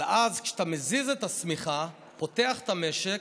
אבל אז, כשאתה מזיז את השמיכה, פותח את המשק,